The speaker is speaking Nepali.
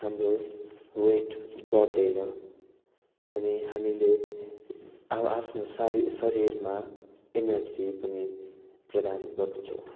हाम्रो वेट बढ्दैन अनि हामीले अब आफ्नो सारा शरीरमा इनर्जी पनि प्रदान गर्दछौँ